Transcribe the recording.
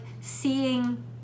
seeing